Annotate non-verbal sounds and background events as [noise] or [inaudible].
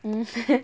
mm [laughs]